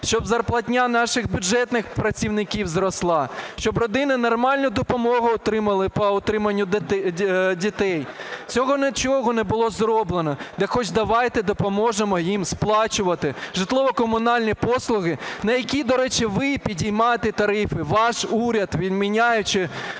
щоб зарплатня наших бюджетних працівників зросла, щоб родини нормальну допомогу отримували по утриманню дітей. Цього нічого не було зроблено. Так хоч давайте допоможемо їм сплачувати житлово-комунальні послуги, на які, до речі, ви піднімаєте тарифи, ваш уряд, відміняючи минулі